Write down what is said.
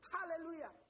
Hallelujah